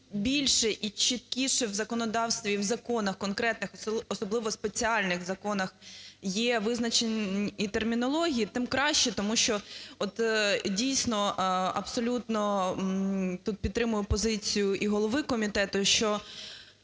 більше і чіткіше в законодавстві, і в законах конкретних, особливо в спеціальних законах, є визначені термінології, тим краще. Тому що от, дійсно, абсолютно тут підтримую позицію і голови комітету, що